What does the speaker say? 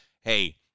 hey